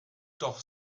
doch